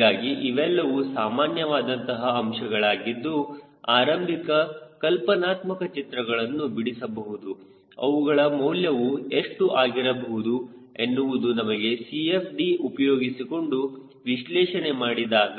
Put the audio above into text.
ಹೀಗಾಗಿ ಇವೆಲ್ಲವೂ ಸಾಮಾನ್ಯವಾದಂತಹ ಅಂಶಗಳಾಗಿದ್ದು ಆರಂಭಿಕ ಕಲ್ಪನಾತ್ಮಕ ಚಿತ್ರಗಳನ್ನು ಬಿಡಿಸಬಹುದು ಅವುಗಳ ಮೌಲ್ಯವು ಎಷ್ಟು ಆಗಿರಬಹುದು ಎನ್ನುವುದು ನಮಗೆ CFD ಉಪಯೋಗಿಸಿಕೊಂಡು ವಿಶ್ಲೇಷಣೆ ಮಾಡಿದಾಗ